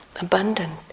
abundant